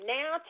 Now